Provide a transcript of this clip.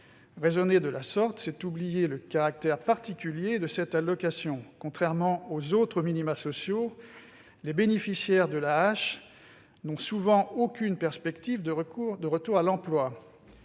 Raisonner de la sorte, c'est oublier le caractère particulier de l'AAH : contrairement aux autres minima sociaux, ses bénéficiaires n'ont souvent aucune perspective de retour à l'emploi.